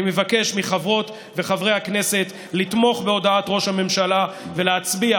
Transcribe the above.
אני מבקש מחברות וחברי הכנסת לתמוך בהודעת ראש הממשלה ולהצביע